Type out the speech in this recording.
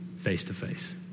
face-to-face